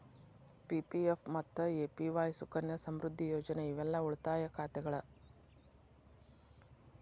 PPF ಮತ್ತ APY Sukanya Samriddhi Yojana ಇವೆಲ್ಲಾ ಉಳಿತಾಯ ಖಾತೆಗಳ